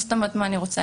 מה זאת אומרת מה אני רוצה?